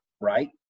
right